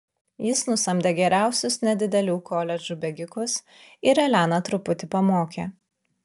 jis nusamdė geriausius nedidelių koledžų bėgikus ir eleną truputį pamokė